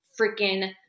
freaking